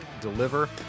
deliver